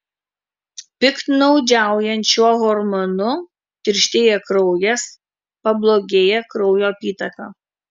piktnaudžiaujant šiuo hormonu tirštėja kraujas pablogėja kraujo apytaka